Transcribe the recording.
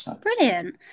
brilliant